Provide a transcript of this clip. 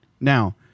Now